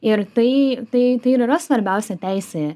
ir tai tai tai ir yra svarbiausia teisėje